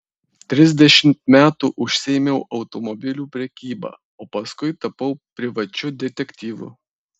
trisdešimt metų užsiėmiau automobilių prekyba o paskui tapau privačiu detektyvu